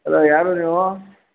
hello ಯಾರು ನೀವು